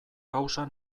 kausa